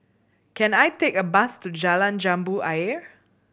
can I take a bus to Jalan Jambu Ayer